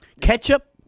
Ketchup